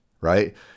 right